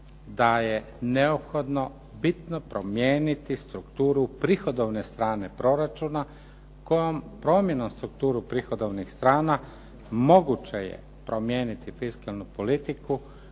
da je neophodno bitno promijeniti strukturu prihodovne strane proračuna kojom promjenom strukture prihodovnih strana moguće je promijeniti fiskalnu politiku